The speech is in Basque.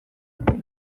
dugu